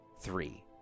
three